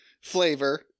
Flavor